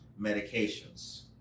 medications